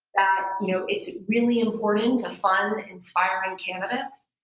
ah you know it's really important to fund inspiring candidates,